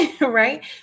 right